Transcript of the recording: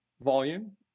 volume